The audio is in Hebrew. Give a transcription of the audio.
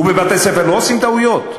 ובבתי-ספר לא עושים טעויות?